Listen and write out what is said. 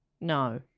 No